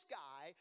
guy